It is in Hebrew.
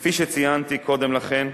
כפי שציינתי קודם לכן,